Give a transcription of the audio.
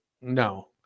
No